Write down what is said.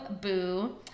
boo